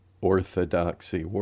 orthodoxy